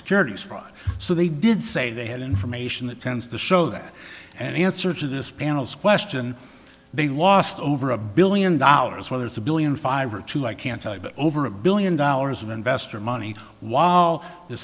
securities fraud so they did say they had information that tends to show that an answer to this panel's question they lost over a billion dollars whether it's a billion five or two i can't tell you but over a billion dollars of investor money while the